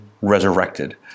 resurrected